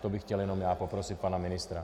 To bych chtěl jenom já poprosit pana ministra.